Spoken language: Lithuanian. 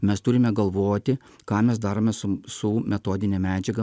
mes turime galvoti ką mes darome sum su metodine medžiaga